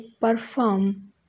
perform